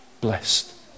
blessed